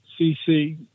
cc